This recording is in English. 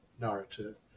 narrative